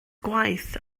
gwaith